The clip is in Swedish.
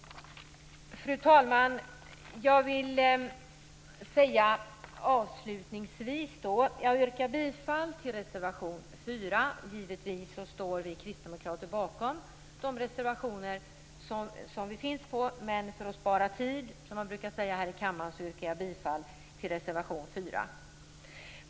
Fru talman! Avslutningsvis yrkar jag bifall till reservation 4. Givetvis står vi kristdemokrater bakom de reservationer som vi finns med på. Men för att spara tid här i kammaren, som man brukar säga, yrkar jag bifall endast till reservation 4.